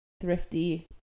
thrifty